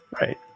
right